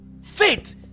Faith